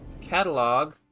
Catalog